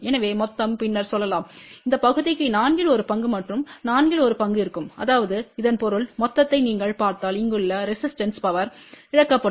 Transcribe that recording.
எனவே மொத்தம் பின்னர் சொல்லலாம் இந்த பகுதிக்கு நான்கில் ஒரு பங்கு மற்றும் நான்கில் ஒரு பங்கு இருக்கும் அதாவது இதன் பொருள் மொத்தத்தை நீங்கள் பார்த்தால் இங்குள்ள ரெசிஸ்டன்ஸ்பில் பவர் இழக்கப்படும்